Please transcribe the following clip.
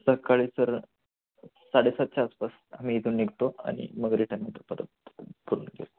सकाळी सर साडेसातच्या आसपास आम्ही इथून निघतो आणि मग रिटर्न येतो परत पूर्ण